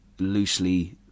loosely